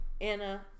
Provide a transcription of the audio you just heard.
Anna